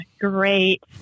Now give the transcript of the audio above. Great